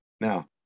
Now